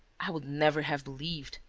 i would never have believed.